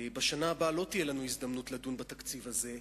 בשנה הבאה לא תהיה לנו הזדמנות לדון בתקציב הזה.